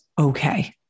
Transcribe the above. okay